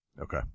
okay